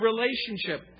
relationship